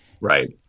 Right